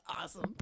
awesome